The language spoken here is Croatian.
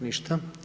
Ništa.